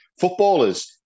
footballers